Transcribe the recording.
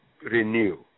renew